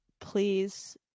please